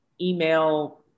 email